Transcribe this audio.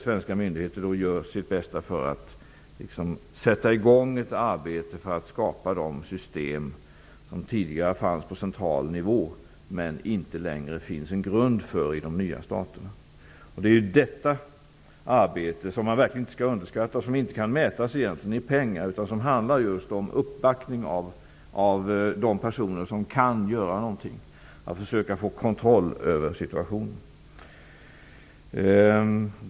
Svenska myndigheter har gjort sitt bästa för att sätta i gång ett arbete med att skapa de system som tidigare fanns på central nivå men som det inte längre finns en grund för i de nya staterna. Detta arbete -- som verkligen inte skall underskattas men som egentligen inte kan mätas i pengar -- handlar om uppbackning av de personer som kan göra någonting och att försöka få kontroll över situationen.